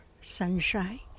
sunshine